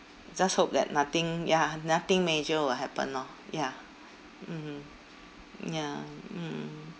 just hope that nothing ya nothing major will happen lor ya mmhmm ya mm mm